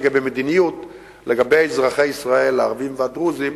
המדיניות לגבי אזרחי ישראל הערבים והדרוזים,